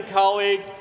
colleague